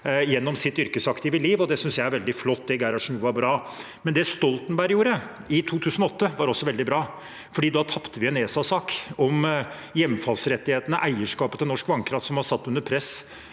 gjennom sitt yrkesaktive liv, og det synes jeg er veldig flott. Det Gerhardsen gjorde, var bra. Men det Stoltenberg gjorde i 2008, var også veldig bra. Da tapte vi en ESA-sak om hjemfallsrettigheter. Eierskapet til norsk vannkraft var satt under press